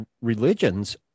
religions